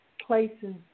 places